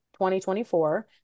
2024